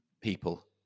People